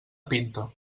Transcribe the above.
pinta